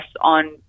on